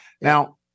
Now